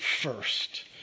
first